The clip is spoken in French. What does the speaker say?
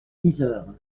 yzeure